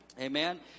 Amen